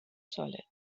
solid